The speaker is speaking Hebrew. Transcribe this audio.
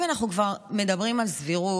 אם אנחנו כבר מדברים על סבירות,